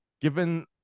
given